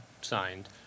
signed